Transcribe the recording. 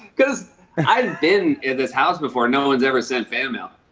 cause i've been in this house before. no one's ever sent fan mail.